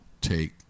take